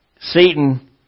Satan